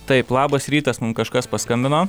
taip labas rytas mum kažkas paskambino